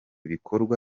bikorwa